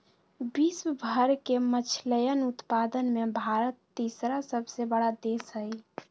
विश्व भर के मछलयन उत्पादन में भारत तीसरा सबसे बड़ा देश हई